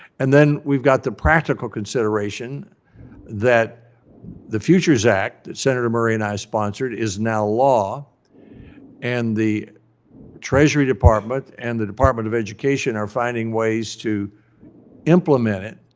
and then we've got the practical consideration that the futures act, that senator murray and i sponsored is now law and the treasury department and the department of education are finding ways to implement it.